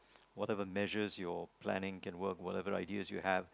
what are the measures your planning can work whatever ideas you have